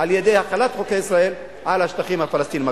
על-ידי החלת חוקי ישראל על השטחים הפלסטיניים הכבושים.